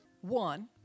One